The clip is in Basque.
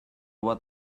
bat